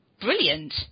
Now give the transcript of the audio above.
brilliant